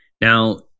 Now